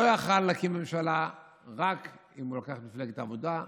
לא יכול היה להקים ממשלה אלא רק אם הוא לוקח את מפלגת העבודה,